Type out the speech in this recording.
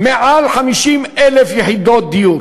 מעל 50,000 יחידות דיור.